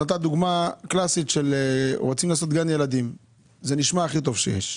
ניתנה דוגמה קלאסית שרוצים לעשות גן ילדים וזה נשמע הכי טוב שיש.